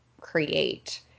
create